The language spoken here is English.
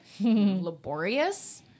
laborious